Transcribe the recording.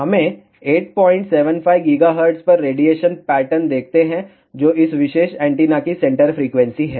हमें 875 GHz पर radiation pattern देखते हैं जो इस विशेष एंटीना की सेंटर फ्रीक्वेंसी है